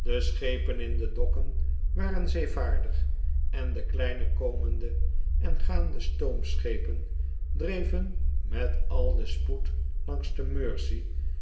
de schepen in de dokken waren zeevaardig en de kleine komende en gaande stoomschepen dreven met al den spoed langs de mersey